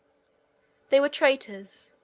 they were traitors,